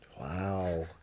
Wow